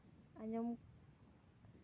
ᱟᱸᱡᱚᱢ